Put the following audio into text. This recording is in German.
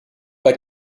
bei